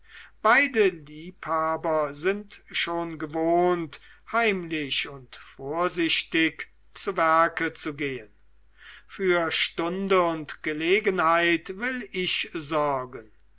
beide liebhaber sind schon gewohnt heimlich und vorsichtig zu werke zu gehen für stunde und gelegenheit will ich sorgen